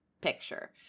picture